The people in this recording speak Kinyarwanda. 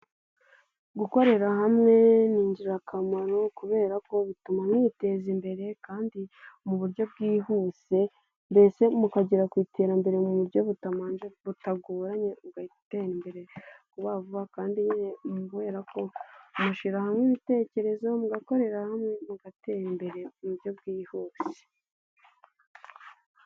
Gukorera hamwe ni ingirakamaro kubera ko bituma mwiteza imbere kandi mu buryo bwihuse. Mbese mukagera ku iterambere mu buryo butagoranye. Ugatera imbere vuba vuba kandi nyine kubera ko mushyira hamwe ibitekerezo, mugakorera hamwe, mugatera imbere mu buryo bwihuse.